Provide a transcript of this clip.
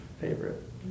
favorite